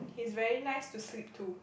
he's very nice to sleep to